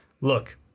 look